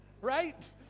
Right